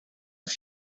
was